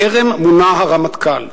טרם מונה הרמטכ"ל.